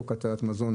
חוק הצלת מזון.